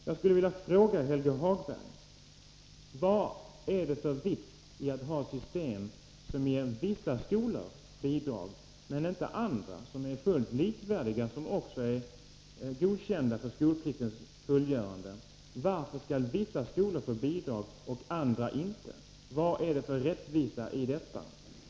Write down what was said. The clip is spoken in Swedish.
Jag skulle vilja fråga Helge Hagberg vad det är för mening med att ha ett system som innebär att vissa skolor får bidrag men inte andra, trots att de senare är fullt likvärdiga och godkända för skolpliktens genomförande. Varför skall vissa skolor få bidrag och inte andra? Vad är det för rättvisa i detta?